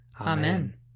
Amen